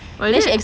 dia